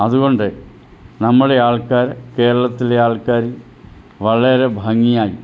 അതുകൊണ്ട് നമ്മുടെ ആൾക്കാർ കേരളത്തിലെ ആൾക്കാർ വളരെ ഭംഗിയായി